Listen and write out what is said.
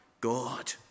God